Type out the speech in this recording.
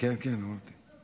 (בטיחות ורישוי)(תיקון